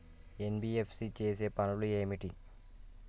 NBFC చేసే పనులు ఏమిటి?